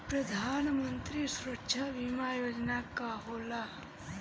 प्रधानमंत्री सुरक्षा बीमा योजना का होला?